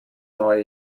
neue